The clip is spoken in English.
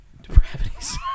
Depravities